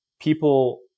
people